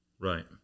Right